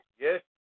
yes